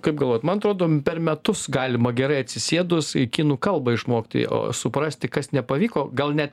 kaip galvojat man atrodo per metus galima gerai atsisėdus i kinų kalbą išmokti suprasti kas nepavyko gal net